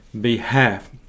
behalf